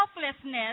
selflessness